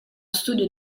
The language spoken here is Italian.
studio